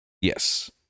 Yes